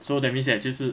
so that means 也就是